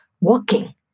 working